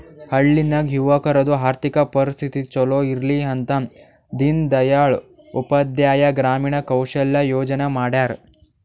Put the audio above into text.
ಹಳ್ಳಿ ನಾಗ್ ಯುವಕರದು ಆರ್ಥಿಕ ಪರಿಸ್ಥಿತಿ ಛಲೋ ಇರ್ಲಿ ಅಂತ ದೀನ್ ದಯಾಳ್ ಉಪಾಧ್ಯಾಯ ಗ್ರಾಮೀಣ ಕೌಶಲ್ಯ ಯೋಜನಾ ಮಾಡ್ಯಾರ್